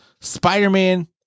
Spider-Man